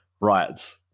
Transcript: Right